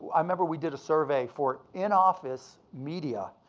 i remember we did a survey for in-office media.